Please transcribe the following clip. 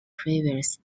previous